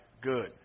Good